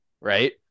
right